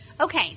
Okay